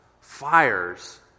fires